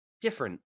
different